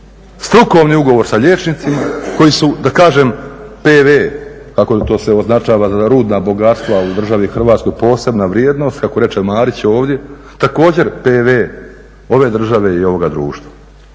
strukovni ugovor sa liječnicima koji su da kažem PV kako se to označava za rudna bogatstva u državi Hrvatskoj posebna vrijednost kako reče Marić ovdje također PV ove države i ovoga društva